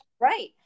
right